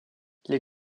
les